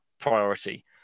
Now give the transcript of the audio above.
priority